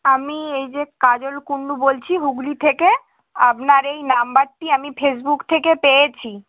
আমি এই যে কাজল কুন্ডু বলছি হুগলি থেকে আপনার এই নম্বরটি আমি ফেসবুক থেকে পেয়েছি